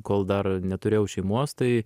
kol dar neturėjau šeimos tai